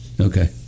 Okay